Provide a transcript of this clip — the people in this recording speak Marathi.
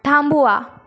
थांबवा